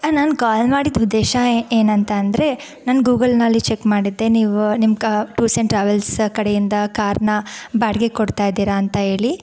ನಾನು ಕಾಲ್ ಮಾಡಿದ್ದ ಉದ್ದೇಶ ಏನಂತಂದರೆ ನಾನು ಗೂಗಲ್ನಲ್ಲಿ ಚೆಕ್ ಮಾಡಿದ್ದೆ ನೀವು ನಿಮ್ಮ ಕ ಟೂರ್ಸ್ ಆ್ಯಂಡ್ ಟ್ರಾವೆಲ್ಸ್ ಕಡೆಯಿಂದ ಕಾರನ್ನ ಬಾಡ್ಗೆಗೆ ಕೊಡ್ತಾಯಿದ್ದೀರ ಅಂತ ಹೇಳಿ